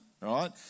right